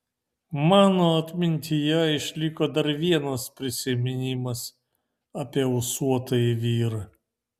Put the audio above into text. mano atmintyje išliko dar vienas prisiminimas apie ūsuotąjį vyrą